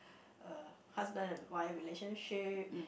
uh husband and wife relationship